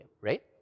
right